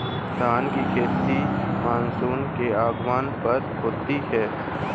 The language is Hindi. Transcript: धान की खेती मानसून के आगमन पर होती है